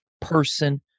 person